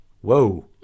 whoa